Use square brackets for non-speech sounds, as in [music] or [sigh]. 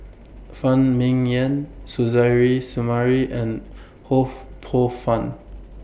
Phan Ming Yen Suzairhe Sumari and Ho [noise] Poh Fun